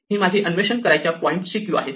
ही माझी अन्वेषण करायच्या पॉईंटची क्यु आहे